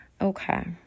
Okay